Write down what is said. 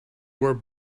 were